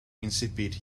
insipid